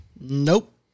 Nope